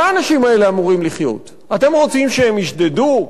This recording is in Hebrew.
אתם רוצים שהם ישדדו?